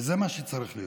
וזה מה שצריך להיות.